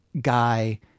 guy